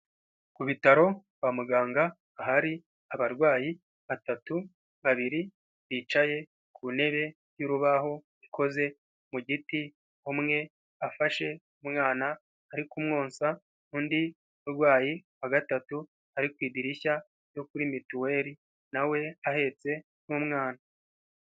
Ku bitaro kwa muganga ahari abarwayi batatu, babiri bicaye ku ntebe y'urubaho ikoze mu giti, umwe afashe umwana ari kumwonsa, undi murwayi wa gatatu ari ku idirishya ryo kuri mituweri na we ahetse n'umwana.